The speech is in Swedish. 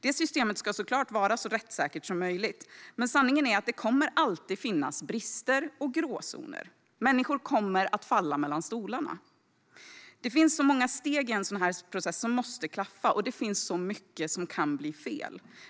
Detta system ska såklart vara så rättssäkert som möjligt, men sanningen är att det alltid kommer att finnas brister och gråzoner. Människor kommer att falla mellan stolarna. Det finns många steg i processen som måste klaffa, och det finns mycket som kan bli fel.